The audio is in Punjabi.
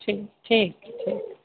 ਠੀਕ ਠੀਕ ਹੈ ਠੀਕ